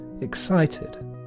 excited